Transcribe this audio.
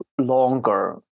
Longer